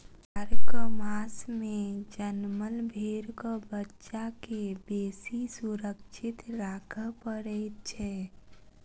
जाड़क मास मे जनमल भेंड़क बच्चा के बेसी सुरक्षित राखय पड़ैत छै